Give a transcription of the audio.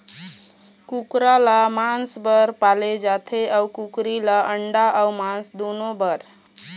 कुकरा ल मांस बर पाले जाथे अउ कुकरी ल अंडा अउ मांस दुनो बर